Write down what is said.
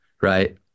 right